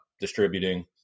distributing